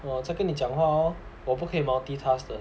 我再跟你讲话咯我不可以 multitask 的